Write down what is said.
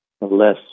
less